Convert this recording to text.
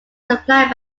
supplied